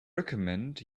recommend